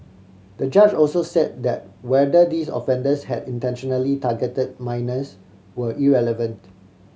the judge also said that whether these offenders had intentionally targeted minors were irrelevant